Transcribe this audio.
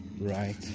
Right